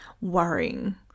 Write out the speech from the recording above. worrying